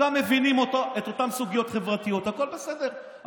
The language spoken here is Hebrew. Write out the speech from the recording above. וגם מבינים את אותן סוגיות חברתיות, הכול בסדר.